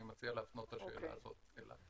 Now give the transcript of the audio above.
אני מציע להפנות את השאלה הזאת אליו.